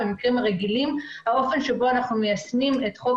במקרים הרגילים האופן שבו אנחנו מיישמים את חוק